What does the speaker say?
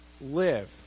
live